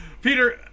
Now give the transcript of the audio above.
Peter